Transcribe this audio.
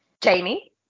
Jamie